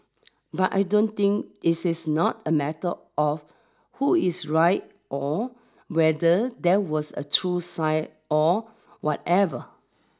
but I don't think this is not a matter of who is right or whether there was a true sign or whatever